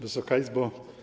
Wysoka Izbo!